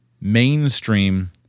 mainstream